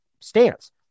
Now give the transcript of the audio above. stance